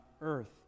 earth